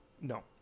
No